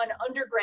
undergrad